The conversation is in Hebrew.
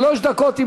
שלוש דקות.